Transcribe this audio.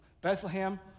Bethlehem